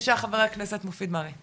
בבקשה ח"כ מופיד מרעי.